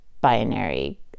binary